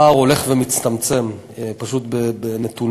הפער הולך ומצטמצם, פשוט בנתונים.